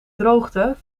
droogte